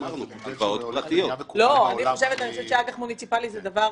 אני חושבת שאג"ח מוניציפאלי הוא דבר